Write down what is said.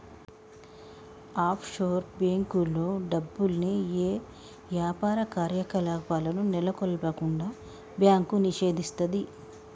offshore బ్యేంకుల్లో డబ్బుల్ని యే యాపార కార్యకలాపాలను నెలకొల్పకుండా బ్యాంకు నిషేధిస్తది